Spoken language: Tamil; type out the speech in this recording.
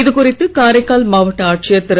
இது குறித்து காரைக்கால் மாவட்ட ஆட்சியர் திரு